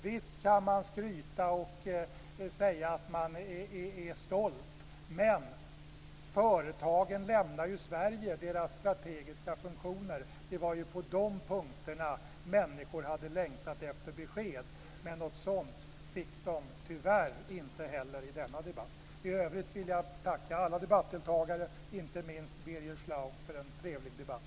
Visst kan man skryta och säga att man är stolt, men företagen, deras strategiska funktioner, lämnar ju Sverige. Det var ju på de här punkterna som människor hade längtat efter besked. Men något sådant fick de tyvärr inte heller i denna debatt. I övrigt vill jag tacka alla debattdeltagare, inte minst Birger Schlaug, för en trevlig debatt.